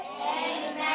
Amen